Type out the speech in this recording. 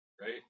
right